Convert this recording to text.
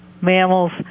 mammals